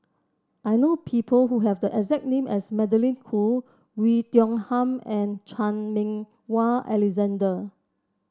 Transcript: I know people who have the exact name as Magdalene Khoo Oei Tiong Ham and Chan Meng Wah Alexander